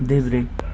देब्रे